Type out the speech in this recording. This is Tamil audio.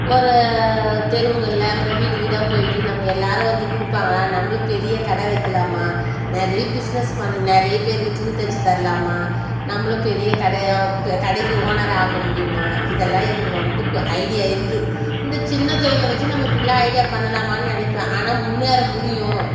ஒரு தெருவுங்களில் அப்புறம் வீடு வீடாக போய்விட்டு நம்ம எல்லாேரும் வந்து கொடுப்பாங்க நம்மளும் பெரிய கடை வைக்கலாமா நிறைய பிஸ்னஸ் பண் நிறைய பேருக்கு துணி தைச்சி தரலாமா நம்மளும் பெரிய கடையாக கடைக்கு ஓனராக ஆக முடியுமா இதெல்லாம் எனக்கு ரொம்ப இப்போ ஐடியா இருக்குது இந்த சின்ன தொழிலை வச்சு நம்ம இப்படில்லாம் ஐடியா பண்ணலாமான்னு நினைப்பேன் ஆனால் முன்னேற முடியும்